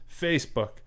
Facebook